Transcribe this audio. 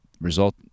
result